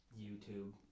YouTube